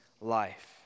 life